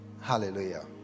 Hallelujah